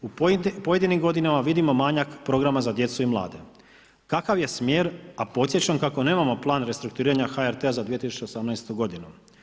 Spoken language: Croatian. U pojedinim godinama vidimo manjak programa za djecu i mlade kakav je smjer, a podsjećam kako nemamo plan restrukturiranja HRT-a za 2018. godinu.